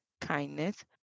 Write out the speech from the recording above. kindness